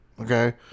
Okay